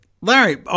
Larry